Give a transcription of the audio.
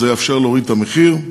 זה יאפשר להוריד את המחיר.